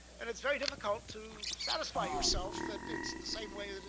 and it's very difficult to satisfy yourself that it's the same way,